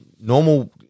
Normal –